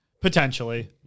potentially –